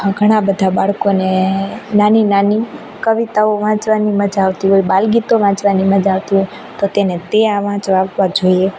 ઘણા બધા બાળકોને નાની નાની કવિતાઓ વાંચવાની મજા આવતી હોય બાલગીતો વાંચવાની મજા આવતી હોય તો તેને તે આ વાંચવા આપવા જોઈએ